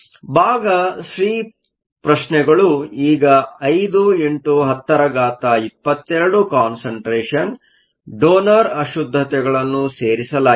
ಆದ್ದರಿಂದ ಭಾಗ ಸಿ ಪ್ರಶ್ನೆಗಳು ಈಗ 5 x 1022 ಕಾನ್ಸಂಟ್ರೇಷನ್Concentration ಡೋನರ್ ಅಶುದ್ದತೆಗಳನ್ನು ಸೇರಿಸಲಾಗಿದೆ